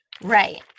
right